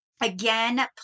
Again